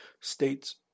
states